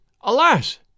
Alas